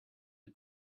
you